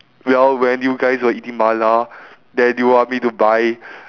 well when you guys were eating mala then you want me to buy